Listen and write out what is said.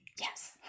Yes